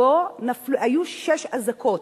שהיו בו שש אזעקות.